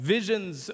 Visions